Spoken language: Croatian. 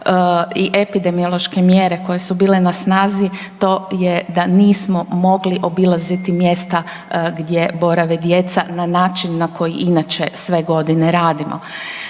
i epidemiološke mjere koje su bile na snazi to je da nismo mogli obilaziti mjesta gdje borave djeca na način na koji inače sve godine radimo.